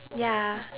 ya